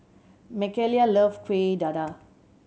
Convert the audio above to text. Makayla loves Kuih Dadar